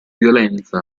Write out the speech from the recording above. violenza